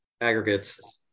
aggregates